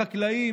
בחקלאים,